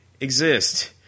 exist